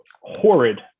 horrid